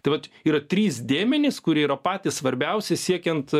tai vat yra trys dėmenys kurie yra patys svarbiausi siekiant